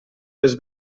les